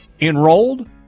enrolled